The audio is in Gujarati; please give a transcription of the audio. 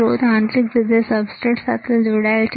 સ્ત્રોત આંતરિક રીતે સબસ્ટ્રેટ સાથે જોડાયેલ છે